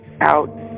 out